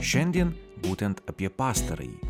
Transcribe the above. šiandien būtent apie pastarąjį